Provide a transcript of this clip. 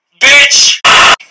bitch